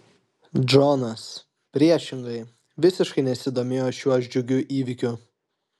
džonas priešingai visiškai nesidomėjo šiuo džiugiu įvykiu